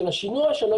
של השינוע שלו,